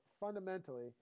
fundamentally